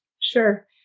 Sure